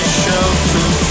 shelter